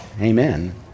Amen